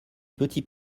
petit